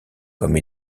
comme